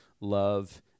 love